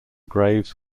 graves